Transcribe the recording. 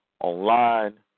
online